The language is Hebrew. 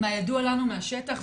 מהידוע לנו מהשטח,